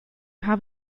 have